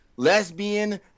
Lesbian